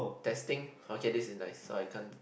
testing okay this is nice so I can't